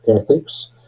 ethics